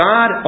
God